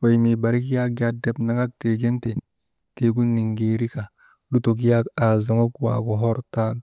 wey mii barik yak ndrep naŋak tiigin ti tiigu niŋgeerika lutok yak aazoŋok waagu hortan.